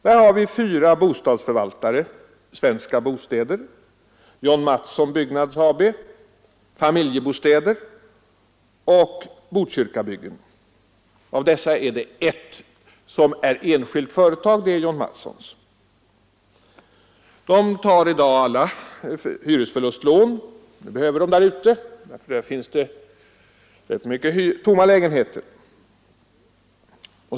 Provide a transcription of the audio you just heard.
Där finns fyra bostadsförvaltare: AB Svenska Bostäder, John Mattson Byggnads AB, Familjebostäder AB och AB Botkyrkabyggen. Av dessa är det endast ett som är enskilt företag, John Mattsons. Ang. eftergift av Dessa fyra har i dag alla hyresförlustlån ty i norra Botkyrka finns lån för hyresmånga tomma lägenheter.